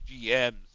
GMs